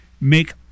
make